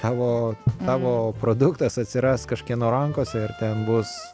tavo tavo produktas atsiras kažkieno rankose ir ten bus